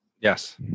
Yes